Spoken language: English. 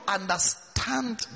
understand